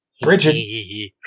Bridget